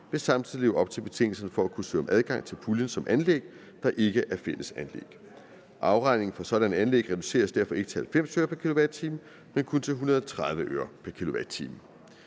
vil samtidig leve op til betingelserne for at kunne søge om adgang til puljen som anlæg, der ikke er fælles anlæg. Afregning for sådanne anlæg reduceres derfor ikke til 90 øre pr. kilowatt-time, men kun til 130 øre pr.